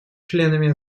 членами